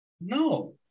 No